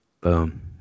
Boom